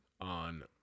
on